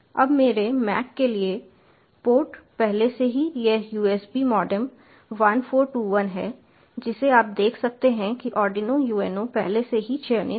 अब मेरे MAC के लिए पोर्ट पहले से ही यह USB मॉडेम 1421 है जिसे आप देख सकते हैं कि आर्डिनो UNO पहले से ही चयनित है